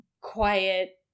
quiet